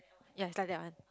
ya it's like that one